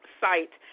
site